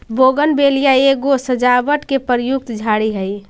bougainvillea एगो सजावट में प्रयुक्त झाड़ी हई